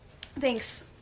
Thanks